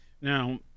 now